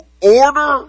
order